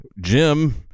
Jim